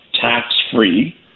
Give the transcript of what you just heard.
tax-free